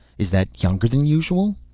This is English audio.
is that younger than usual?